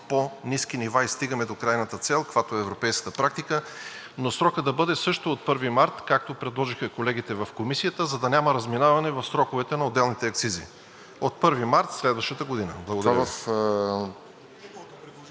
по-ниски нива и стигаме до крайната цел, каквато е европейската практика, но срокът да бъде също от 1 март, както предложиха колегите в Комисията, за да няма разминаване в сроковете на отделните акцизи. От 1 март следващата година. Благодаря